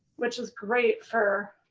which is great for